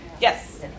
Yes